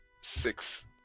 six